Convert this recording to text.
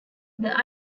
their